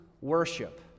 worship